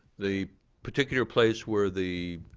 the particular place where the,